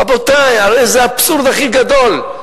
רבותי, הרי זה האבסורד הכי גדול.